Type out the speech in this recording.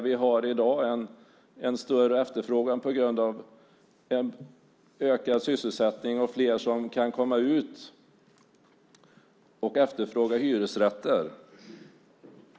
Vi har i dag en större efterfrågan på grund av ökad sysselsättning och fler som kan komma ut och efterfråga hyresrätter.